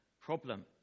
problem